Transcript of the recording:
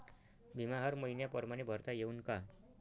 बिमा हर मइन्या परमाने भरता येऊन का?